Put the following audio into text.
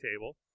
table